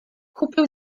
kupił